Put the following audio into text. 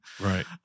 Right